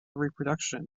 reproduction